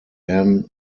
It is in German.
ann